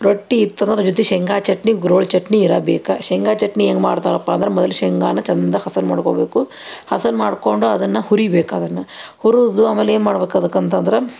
ರೊಟ್ಟಿ ಇತ್ತಂದ್ರೆ ಅದ್ರ ಜೊತೆ ಶೇಂಗಾ ಚಟ್ನಿ ಗುರೋಳ್ಳು ಚಟ್ನಿ ಇರಬೇಕು ಶೇಂಗಾ ಚಟ್ನಿ ಹೆಂಗ್ ಮಾಡ್ತಾರಪ್ಪ ಅಂದ್ರೆ ಮೊದಲು ಶೇಂಗಾನ ಚಂದ ಹಸನು ಮಾಡ್ಕೊಬೇಕು ಹಸನು ಮಾಡಿಕೊಂಡು ಅದನ್ನು ಹುರಿಬೇಕು ಅದನ್ನು ಹುರಿದು ಆಮೇಲೆ ಏನು ಮಾಡ್ಬೇಕು ಅದಕ್ಕೆ ಅಂತಂದ್ರೆ